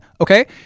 okay